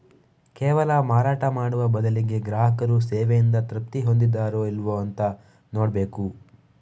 ಕೇವಲ ಮಾರಾಟ ಮಾಡುವ ಬದಲಿಗೆ ಗ್ರಾಹಕರು ಸೇವೆಯಿಂದ ತೃಪ್ತಿ ಹೊಂದಿದಾರೋ ಇಲ್ವೋ ಅಂತ ನೋಡ್ಬೇಕು